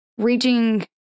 Reaching